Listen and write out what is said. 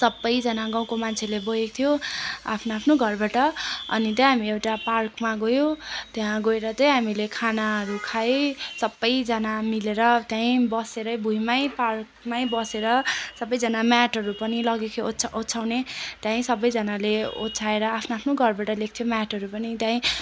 सबैजना गाउँको मान्छेले बोकेको थियो आफ्नो आफ्नो घरबाट अनि त्यही हामी एउटा पार्कमा गयौँ त्यहाँ गएर चाहिँ हामीले खानाहरू खायौँ सबैजना मिलेर त्यहीँ बसेरै भुइँमै पार्कमै बसेर सबैजना म्याटहरू पनि लगेको थियो ओछ्या ओछ्याउने त्यहीँ सबैजनाले ओछ्याएर आफ्नो आफ्नो घरबाट ल्याएको थियो म्याटहरू पनि त्यहीँ